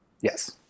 Yes